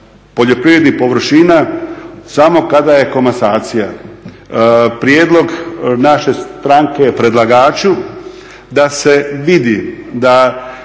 poljoprivrednih površina samo kada je komasacija. Prijedlog naše stranke predlagaču da se vidi da